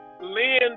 Lynn